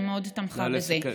היא מאוד תמכה בזה.